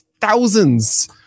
thousands